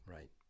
Right